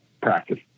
practice